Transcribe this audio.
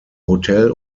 hotel